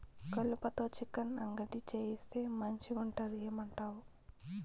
కలుపతో చికెన్ అంగడి చేయిస్తే మంచిగుంటది ఏమంటావు